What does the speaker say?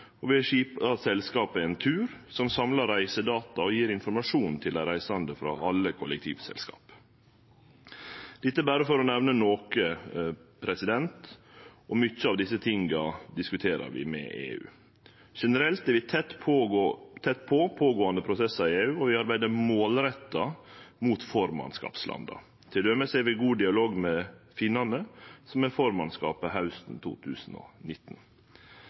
og vi har skipa selskapet Entur, som samlar reisedata og gjev informasjon til dei reisande frå alle kollektivselskap. Dette er berre for å nemne noko, og mange av desse tinga diskuterer vi med EU. Generelt er vi tett på pågåande prosessar i EU, og vi arbeider målretta mot formannskapslanda. Til dømes har vi god dialog med finnane, som har formannskapet hausten 2019.